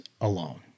alone